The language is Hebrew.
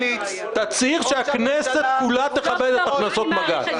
תצהיר שהכנסת כולה תכבד את החלטות בג"ץ.